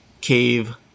cave